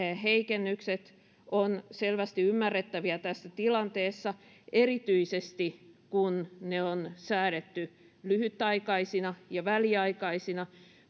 heikennykset ovat selvästi ymmärrettäviä tässä tilanteessa erityisesti kun ne on säädetty lyhytaikaisina ja väliaikaisina